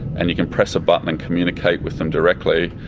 and you can press a button and communicate with them directly.